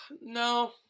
No